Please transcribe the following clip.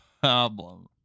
problem